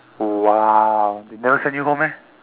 !wah! they never send you home meh